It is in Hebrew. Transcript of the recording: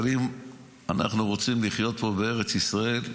אבל אם אנחנו רוצים לחיות פה בארץ ישראל,